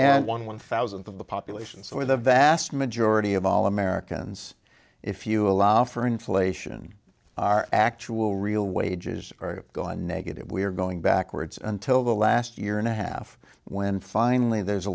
and one one thousandth of the population for the vast majority of all americans if you allow for inflation our actual real wages are going negative we are going backwards until the last year and a half when finally there's a